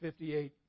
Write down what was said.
58